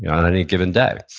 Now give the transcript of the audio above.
yeah on any given day.